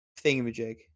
thingamajig